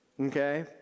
Okay